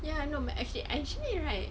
ya no actually actually right